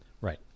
Right